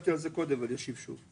השבתי על זה קודם אבל אני אשיב שוב.